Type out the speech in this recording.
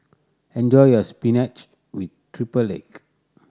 enjoy your spinach with triple egg